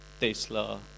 Tesla